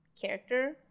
Character